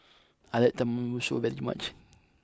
I like Tenmusu very much